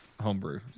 homebrew